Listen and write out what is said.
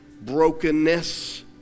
brokenness